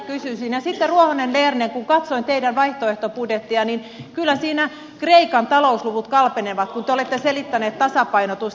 sitten ruohonen lerner kun katsoin teidän vaihtoehtobudjettianne niin kyllä siinä kreikan talousluvut kalpenevat kun te olette selittäneet tasapainotusta